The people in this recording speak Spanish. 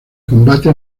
combate